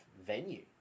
venue